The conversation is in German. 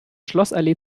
schlossallee